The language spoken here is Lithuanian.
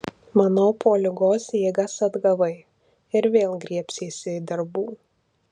manau po ligos jėgas atgavai ir vėl griebsiesi darbų